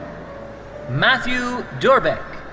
matthieu durbec.